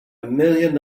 million